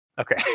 Okay